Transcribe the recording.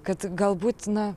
kad galbūt na